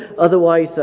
otherwise